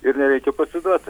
ir nereikia pasiduoti